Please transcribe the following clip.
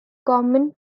common